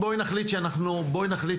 אנחנו מבינים בואי נחליט שאנחנו נחליט